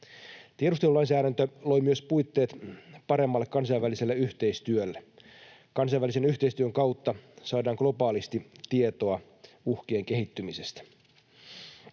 Tiedustelulainsäädäntö loi myös puitteet paremmalle kansainväliselle yhteistyölle. Kansainvälisen yhteistyön kautta saadaan globaalisti tietoa uhkien kehittymisestä.